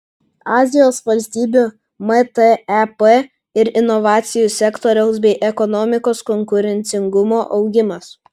azijos valstybių mtep ir inovacijų sektoriaus bei ekonomikos konkurencingumo augimas